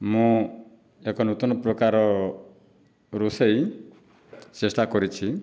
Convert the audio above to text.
ମୁଁ ଏକ ନୂତନ ପ୍ରକାର ରୋଷେଇ ଚେଷ୍ଟା କରିଛି